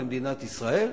למדינת ישראל,